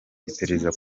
iperereza